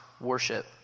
worship